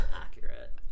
accurate